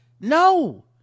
no